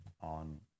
on